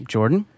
Jordan